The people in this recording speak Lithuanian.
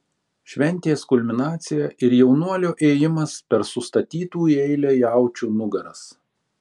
šventės kulminacija ir jaunuolio ėjimas per sustatytų į eilę jaučių nugaras